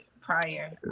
prior